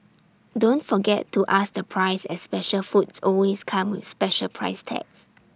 don't forget to ask the price as special foods always come with special price tags